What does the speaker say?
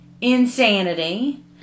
insanity